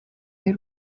y’u